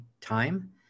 time